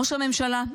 ראש הממשלה,